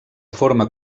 forma